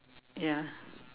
ya